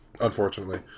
unfortunately